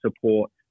support